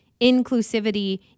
inclusivity